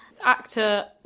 Actor